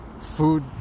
food